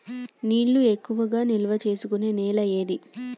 నీళ్లు ఎక్కువగా నిల్వ చేసుకునే నేల ఏది?